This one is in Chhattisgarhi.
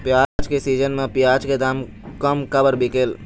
प्याज के सीजन म प्याज के दाम कम काबर बिकेल?